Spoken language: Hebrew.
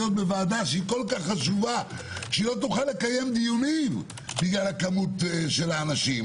בוועדה כל כך חשובה שלא תוכל לקיים דיונים בגלל כמות האנשים.